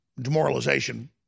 demoralization